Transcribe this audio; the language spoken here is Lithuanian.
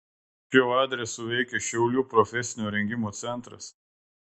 šiuo adresu veikia šiaulių profesinio rengimo centras